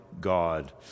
God